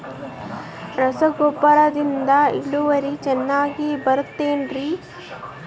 ರಸಗೊಬ್ಬರದಿಂದ ಇಳುವರಿ ಚೆನ್ನಾಗಿ ಬರುತ್ತೆ ಏನ್ರಿ?